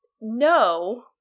no